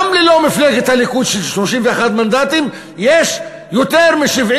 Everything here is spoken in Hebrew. גם ללא מפלגת הליכוד של 31 מנדטים יש יותר מ-70